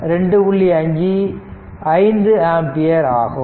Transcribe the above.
5 5 ampere ஆகும்